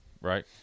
right